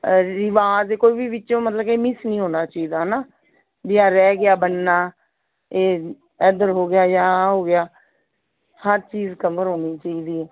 ਰਿਵਾਜ਼ ਜੇ ਕੋਈ ਵੀ ਵਿੱਚੋਂ ਮਤਲਬ ਕਿ ਮਿਸ ਨਹੀਂ ਹੋਣਾ ਚਾਹੀਦਾ ਹੈ ਨਾ ਵੀ ਆਹ ਰਹਿ ਗਿਆ ਬਣਨਾ ਇਹ ਇੱਧਰ ਹੋ ਗਿਆ ਜਾਂ ਆਹ ਹੋ ਗਿਆ ਹਰ ਚੀਜ਼ ਕਮਰ ਹੋਣੀ ਚਾਹੀਦੀ ਹੈ